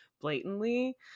blatantly